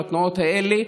לתנועות האלה.